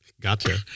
Gotcha